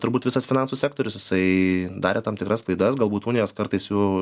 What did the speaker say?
turbūt visas finansų sektorius jisai darė tam tikras klaidas galbūt unijos kartais jų